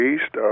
East